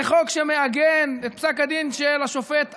זה חוק שמעגן את פסק הדין של השופט עמית,